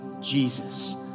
Jesus